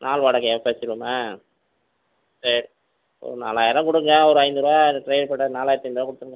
நாள் வாடகையில் கழித்து கொள்ளலாமா சரி நான்காயிரம் கொடுங்க ஒரு ஐந்நூறு ரூபாய் ட்ரைவர் பேட்டா நான்காயிரத்து ஐந்நூறு ரூபாய் கொடுத்து விடுங்க